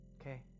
Okay